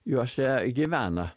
juose gyvena